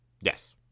Yes